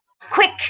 quick